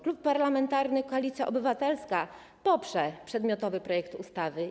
Klub Parlamentarny Koalicja Obywatelska poprze przedmiotowy projekt ustawy.